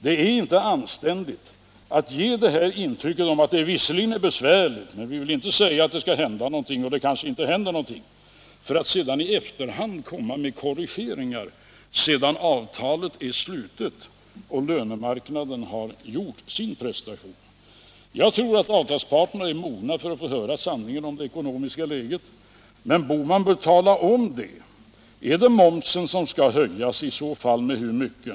Det är inte anständigt att visserligen ge det här intrycket av att det är besvärligt men inte vilja säga att det skall hända någonting — och det kanske inte händer någonting — för att sedan i efterhand komma med korrigeringar när avtalet är slutet, då lönemarknaden har gjort sin prestation. Jag tror att avtalsparterna är mogna att få höra sanningen om det ekonomiska läget, och herr Bohman bör tala om det. Är det momsen som skall höjas och i så fall med hur mycket?